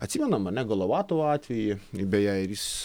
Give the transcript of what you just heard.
atsimenam ane golovatovo atvejį beje ir jis